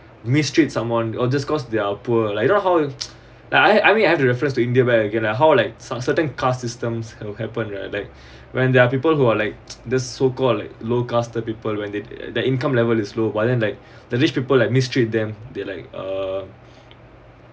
mistreat someone or just cause they are poor like you know how like I I mean have to reference to india where I going to how like some certain caste systems who happen right like when there are people who are like the so call like low caste people when they their income level is low but then like the rich people like mistreat them they like uh